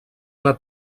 una